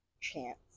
chance